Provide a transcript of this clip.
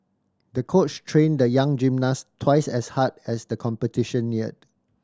the coach trained the young gymnast twice as hard as the competition neared